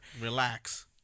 relax